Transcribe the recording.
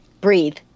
Breathe